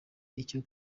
icyo